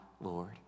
Lord